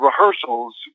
rehearsals